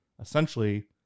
essentially